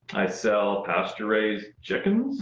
i sell pasture raised chickens,